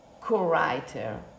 co-writer